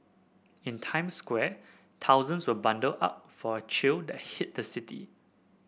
in Times Square thousands were bundled up for a chill that hit the city